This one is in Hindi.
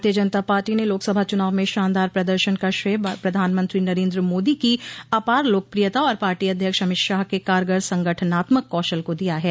भारतीय जनता पार्टी ने लोकसभा चुनाव में शानदार प्रदर्शन का श्रेय प्रधानमंत्री नरेन्द्र मोदी को अपार लोकप्रियता और पार्टी अध्यक्ष अमित शाह के कारगर संगठनात्मक कौशल को दिया है